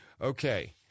Okay